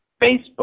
Facebook